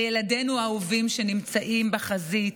לילדינו האהובים שנמצאים בחזית,